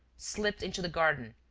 slipped into the garden,